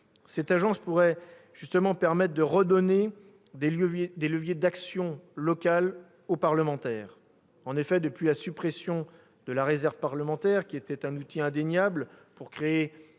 Cette agence pourrait justement redonner des leviers d'action locale aux parlementaires. Depuis la suppression de la réserve parlementaire, qui était pourtant un outil indéniable pour créer